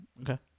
Okay